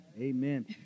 amen